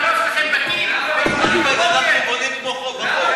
חבר הכנסת מיקי לוי,